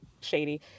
shady